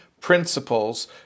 principles